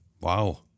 Wow